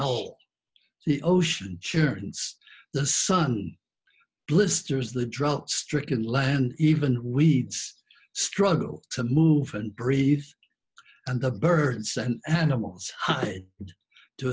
whole the ocean churns the sun blisters the drought stricken land even weeds struggle to move and breathe and the birds and animals to